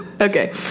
Okay